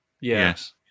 Yes